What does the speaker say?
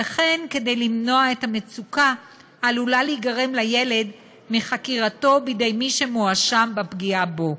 וכן כדי למנוע את המצוקה שתיגרם לילד מחקירתו בידי מי שמואשם בפגיעה בו.